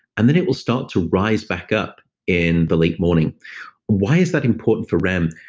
and then it will start to rise back up in the late morning why is that important for rem?